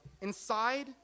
inside